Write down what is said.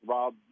Rob